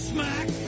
Smack